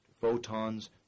photons